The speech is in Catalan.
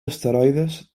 asteroides